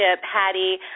Hattie